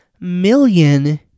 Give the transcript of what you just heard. million